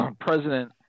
president